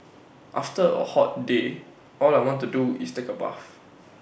after A hot day all I want to do is take A bath